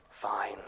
Fine